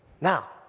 Now